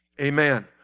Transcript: Amen